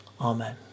Amen